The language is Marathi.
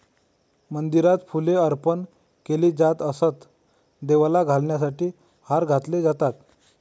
मंदिरात फुले अर्पण केली जात असत, देवाला घालण्यासाठी हार घातले जातात